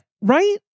Right